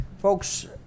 Folks